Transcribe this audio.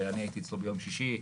שהייתי אצלו ביום שישי.